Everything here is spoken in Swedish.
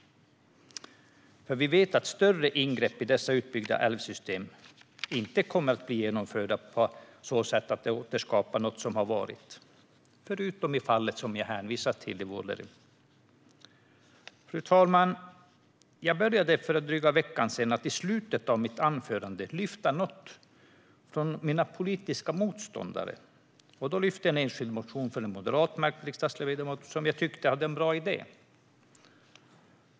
Vi vet att större ingrepp i dessa utbyggda älvsystem inte kommer att bli genomförda på så sätt att man återskapar något som varit, förutom i fallet i Vuollerim som jag hänvisar till. Fru talman! Jag började för dryga veckan sedan att i slutet av mitt anförande lyfta upp något från mina politiska motståndare. Då lyfte jag upp en enskild motion från en M-märkt riksdagsledamot som jag tyckte hade en bra idé.